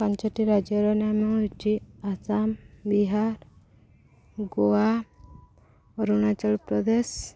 ପାଞ୍ଚଟି ରାଜ୍ୟର ନାମ ହେଉଛି ଆସାମ ବିହାର ଗୋଆ ଅରୁଣାଚଳପ୍ରଦେଶ